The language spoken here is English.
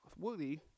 Woody